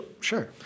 sure